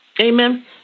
Amen